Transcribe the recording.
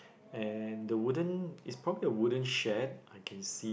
and the wooden is probably a wooden shed I can see